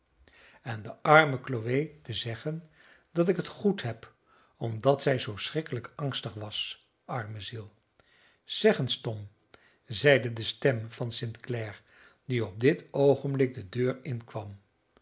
en de arme chloe te zeggen dat ik het goed heb omdat zij zoo schrikkelijk angstig was arme ziel zeg eens tom zeide de stem van st clare die op dit oogenblik de deur inkwam